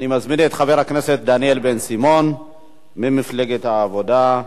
אני מזמין את חבר הכנסת דניאל בן-סימון ממפלגת העבודה.